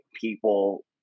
people